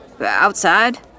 Outside